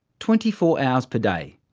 twenty four hours per day.